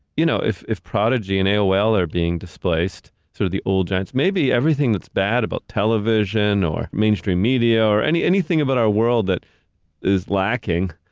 you know, if if prodigy and aol are being displaced, sort of the old giants, maybe everything that's bad about television or mainstream media or anything about our world that is lacking,